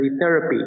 therapy